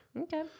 Okay